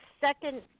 second